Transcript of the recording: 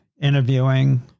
interviewing